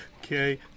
Okay